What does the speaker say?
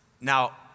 Now